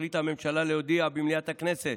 החליטה הממשלה להודיע במליאת הכנסת